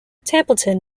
templeton